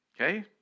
Okay